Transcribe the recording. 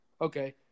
Okay